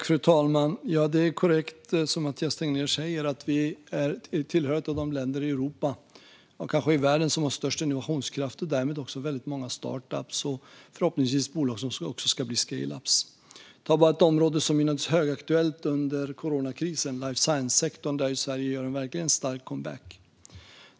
Fru talman! Det som Mathias Tegnér säger är korrekt - vi tillhör de länder i Europa, kanske i världen, som har störst innovationskraft. Därmed har vi också väldigt många startups och bolag som förhoppningsvis ska bli scaleups. Ett område som naturligtvis är högaktuellt under coronakrisen är life science-sektorn, där Sverige verkligen gör en stark comeback.